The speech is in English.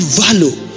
value